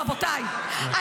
רבותיי,